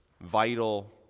vital